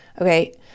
okay